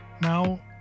Now